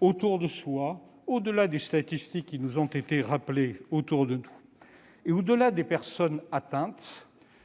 autour de lui, au-delà des statistiques qui ont été rappelées. Au-delà des personnes atteintes,